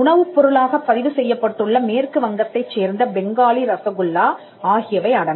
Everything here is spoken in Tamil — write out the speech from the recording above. உணவுப் பொருளாகப் பதிவு செய்யப்பட்டுள்ள மேற்கு வங்கத்தைச் சேர்ந்த பெங்காலி ரசகுல்லா ஆகியவை அடங்கும்